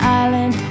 island